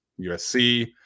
USC